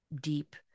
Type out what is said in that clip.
deep